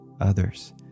others